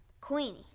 Queenie